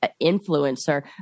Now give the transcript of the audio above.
influencer